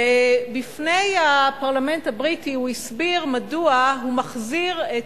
בפני הפרלמנט הבריטי הוא הסביר מדוע הוא מחזיר את